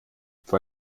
vor